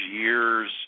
years